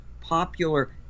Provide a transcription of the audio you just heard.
popular